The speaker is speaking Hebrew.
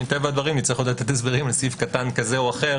מטבע הדברים נצטרך לתת הסברים לסעיף קטן זה או אחר